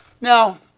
Now